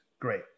great